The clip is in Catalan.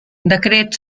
decret